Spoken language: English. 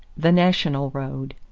the national road.